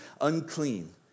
unclean